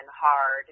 hard